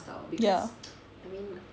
ya